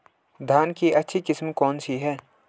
धान की अच्छी किस्म कौन सी है?